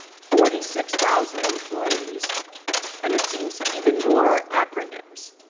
forty six thousand employees and, it seems, even more acronyms.